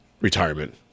retirement